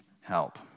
help